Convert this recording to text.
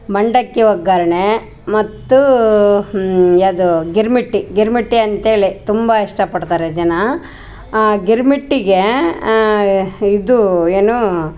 ಮಂಡಕ್ಕಿ ಒಗ್ಗರ್ಣೆ ಮತ್ತು ಯಾದು ಗಿರ್ಮಿಟ್ಟಿ ಗಿರ್ಮಿಟ್ಟು ಅಂತ್ಹೇಳಿ ತುಂಬ ಇಷ್ಟ ಪಡ್ತಾರೆ ಜನ ಗಿರ್ಮಿಟ್ಟಿಗೆ ಇದು ಏನು